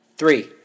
Three